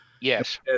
Yes